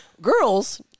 Girls